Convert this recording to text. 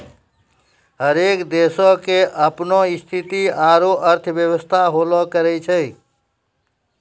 हरेक देशो के अपनो स्थिति आरु अर्थव्यवस्था होलो करै छै